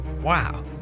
wow